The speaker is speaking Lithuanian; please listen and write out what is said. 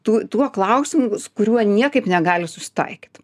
tu tuo klausimus kurių niekaip negali susitaikyt